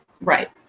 Right